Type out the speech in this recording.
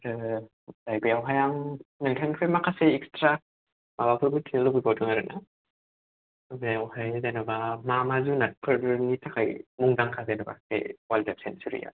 आरो बेयावहाय आं नोंथांनिफ्राय माखासे एक्सट्रा माबाफोर मिथिनो लुबैबावदों आरोना बेयावहाय जेन'बा मा मा जुनादफोरनि थाखाय मुंदांखा जेन'बा बे वाइल्द लाइप सेनसुवारिआ